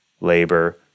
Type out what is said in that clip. labor